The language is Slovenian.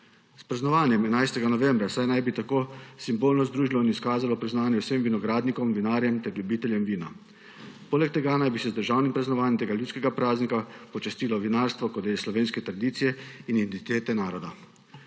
S praznovanjem 11. novembra naj bi se tako simbolno združilo in izkazalo priznanje vsem vinogradnikom, vinarjem ter ljubiteljem vina. Poleg tega naj bi se z državnim praznovanjem tega ljudskega praznika počastilo vinarstvo kot del slovenske tradicije in identitete naroda.